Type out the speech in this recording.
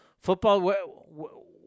football